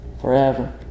forever